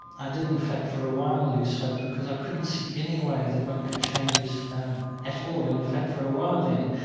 i did, in fact, for a while lose hope because i couldn't see any way that one could change it at all. and, in fact, for a while then,